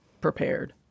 prepared